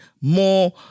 more